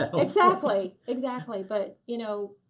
but but exactly, exactly. but, you know